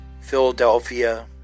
Philadelphia